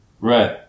right